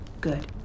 Good